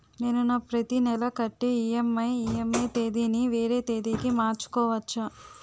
నేను నా ప్రతి నెల కట్టే ఈ.ఎం.ఐ ఈ.ఎం.ఐ తేదీ ని వేరే తేదీ కి మార్చుకోవచ్చా?